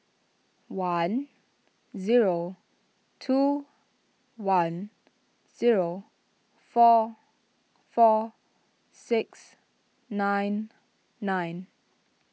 one zero two one zero four four six nine nine